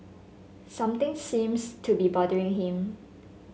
something seems to be bothering him